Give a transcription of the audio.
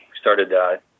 Started